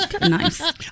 Nice